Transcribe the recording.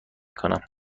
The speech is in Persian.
کنم